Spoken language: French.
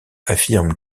affirme